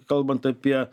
kalbant apie